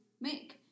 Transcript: make